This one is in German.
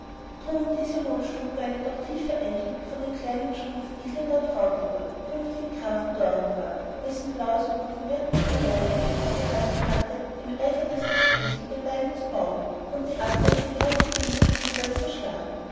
trugen diese hohen stuhlbeine doch tiefe eindrücke von den kleinen schuhen des edlen lord fauntleroy künftigen grafen dorincourt dessen blaues blut ihn merkwürdigerweise nicht abgehalten hatte im eifer des gespräches mit den beinen zu baumeln und die absätze kräftig gegen das stuhlbein zu schlagen